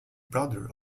brother